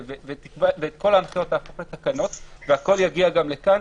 ואת כל ההנחיות תהפוך לתקנות והכול יגיע גם לכאן?